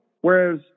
Whereas